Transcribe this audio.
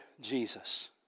Jesus